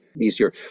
easier